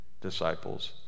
disciples